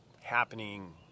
happening